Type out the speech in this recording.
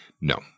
No